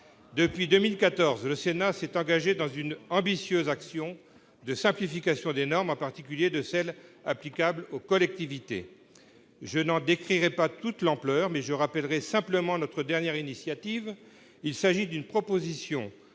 Depuis 2014, le Sénat s'est engagé dans une ambitieuse action de simplification des normes, en particulier de celles qui sont applicables aux collectivités. Je n'en décrirai pas toute l'ampleur, mais je rappellerai simplement notre dernière initiative : une proposition